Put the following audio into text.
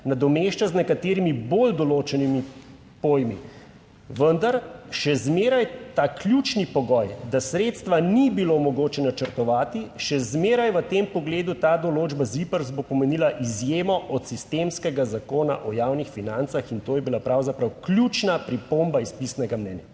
nadomešča z nekaterimi bolj določenimi pojmi, vendar še zmeraj ta ključni pogoj, da sredstva ni bilo mogoče načrtovati, še zmeraj v tem pogledu ta določba ZIPRS bo pomenila izjemo od sistemskega Zakona o javnih financah," in to je bila pravzaprav ključna pripomba iz pisnega mnenja.